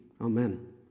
Amen